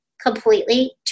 completely